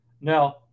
Now